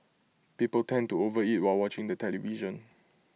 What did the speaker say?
people tend to overeat while watching the television